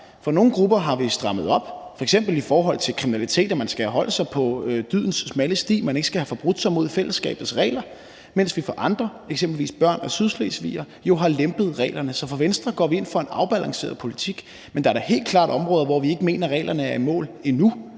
For nogle grupper har vi strammet op, f.eks. i forhold til kriminalitet – man skal holde sig på dydens smalle sti, man skal ikke have forbrudt sig mod fællesskabets regler – mens vi for andre, eksempelvis børn af sydslesvigere, jo har lempet reglerne. Så fra Venstres side går vi ind for en afbalanceret politik, men der er da helt klart områder, hvor vi ikke mener reglerne er i mål endnu.